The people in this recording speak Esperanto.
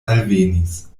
alvenis